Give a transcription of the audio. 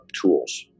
tools